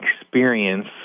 experience